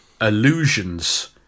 illusions